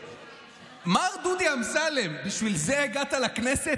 תגיד, מר דודי אמסלם, בשביל זה הגעת לכנסת?